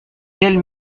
quels